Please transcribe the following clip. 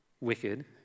wicked